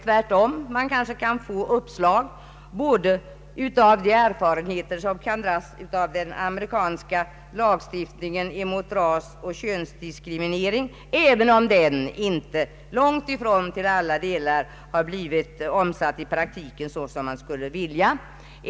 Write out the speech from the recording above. Tvärtom, man kanske kan få uppslag t.ex. av de erfarenheter som kan dras av den amerikanska lagstiftningen mot rasoch könsdiskriminering, även om den långtifrån till alla delar har blivit omsatt i praktiken så som man skulle vilja.